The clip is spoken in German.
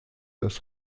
das